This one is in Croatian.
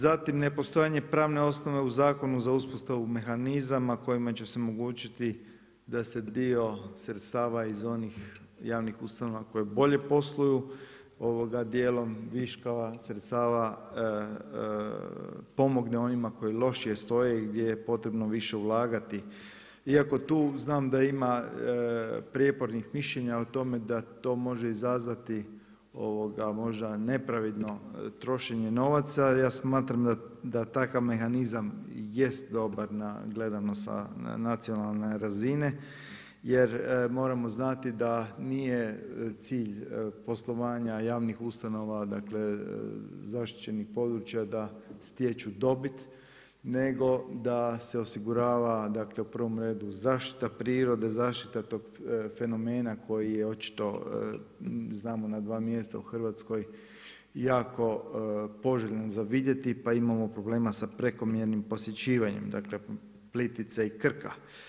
Zatim nepostojanje pravne osnove u zakonu za uspostavu mehanizama kojima će se omogućiti da se dio sredstava iz onih javnih ustanova koje bolje posluju dijelom viškova sredstava, pomogne onima koji lošije stoje i gdje je potrebno više ulagati iako tu znam da ima prijepornih mišljenja o tome da to može izazvati možda nepravedno trošenje novaca, ja smatram da takav mehanizam jest dobar gledano sa nacionalne razine jer moramo znati da nije cilj poslovanja javnih ustanova dakle, zaštićenih područja da stječu dobit nego da se osigurava u prvo redu zaštita prirode, zaštita tog fenomena koji je očito znamo na dva mjesta u Hrvatskoj jako poželjan za vidjeti, pa imamo problema sa prekomjernim posjećivanjem, dakle Plitvice i Krka.